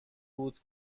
بود